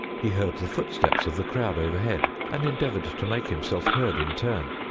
he heard the footsteps of the crowd overhead, and endeavored to make himself heard in turn.